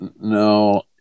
No